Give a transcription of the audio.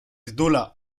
titula